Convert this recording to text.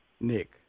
Nick